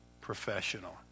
professional